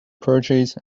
purchase